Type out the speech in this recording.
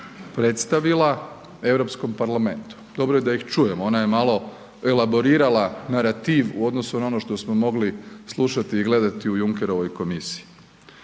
predstavila Evropskom parlamentu, dobro je da ih čujemo, ona je malo elaborirala narativ u odnosu na ono što smo mogli slušati i gledati u Junckerovoj komisiji.